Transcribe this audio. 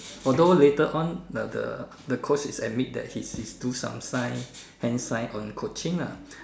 although later on the the the Coach is admit that he his do some sign hand sign on coaching lah